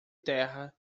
terra